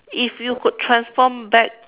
if you could transform back